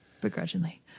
begrudgingly